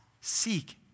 seek